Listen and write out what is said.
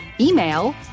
email